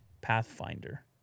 pathfinder